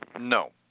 no